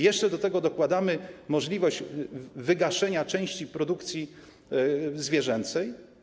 Jeszcze do tego dokładamy możliwość wygaszenia części produkcji zwierzęcej.